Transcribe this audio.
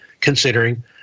considering